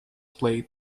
plate